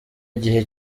gihe